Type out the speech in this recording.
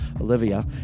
Olivia